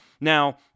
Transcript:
Now